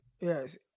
yes